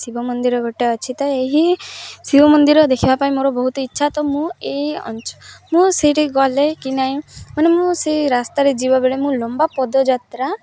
ଶିବ ମନ୍ଦିର ଗୋଟେ ଅଛି ତ ଏହି ଶିବ ମନ୍ଦିର ଦେଖିବା ପାଇଁ ମୋର ବହୁତ ଇଚ୍ଛା ତ ମୁଁ ଏଇ ଅଞ୍ଚଳ ମୁଁ ସେଇଠି ଗଲେ କି ନାଇଁ ମାନେ ମୁଁ ସେଇ ରାସ୍ତାରେ ଯିବାବେଳେ ମୁଁ ଲମ୍ବା ପଦଯାତ୍ରା